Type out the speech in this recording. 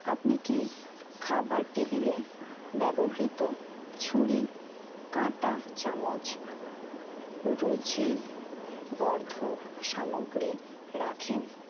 আপনি কি খাবার টেবিলে ব্যবহৃত ছুরি কাঁটা চামচ রুচিবর্ধক সামগ্রী রাখেন